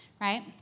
right